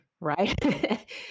Right